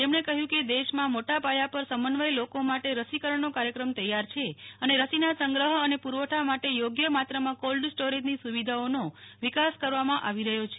તેમણે કહ્યું કે દેશમાં મોટા યાયા પર સમન્વય લોકો માટે રસીકરણનો કાર્યક્રમ તૈયાર છે અને રસીના સંગ્રહ માટે ગોડાઉનો અને પુરવઠા માટે યોગ્ય માત્રામાં કોલ્ડ સ્ટોરેજની સુવિધાઓનો વિકાસ કરવામાં આવી રહ્યો છે